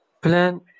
plan